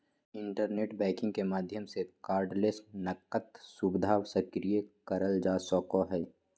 internet banking के माध्यम से कार्डलेस नकद सुविधा सक्रिय करल जा सको हय